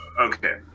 Okay